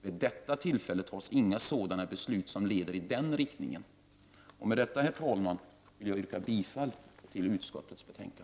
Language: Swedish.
Vid det här tillfället fattas inga beslut som går i den riktningen. Med detta, herr talman, yrkar jag bifall till utskottets hemställan.